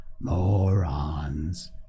morons